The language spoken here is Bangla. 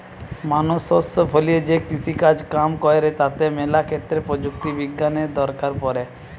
মানুষ শস্য ফলিয়ে যে কৃষিকাজ কাম কইরে তাতে ম্যালা ক্ষেত্রে প্রযুক্তি বিজ্ঞানের দরকার পড়ে